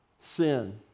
sin